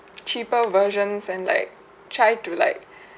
cheaper versions and like try to like